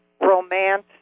romance